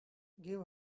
give